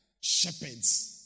shepherds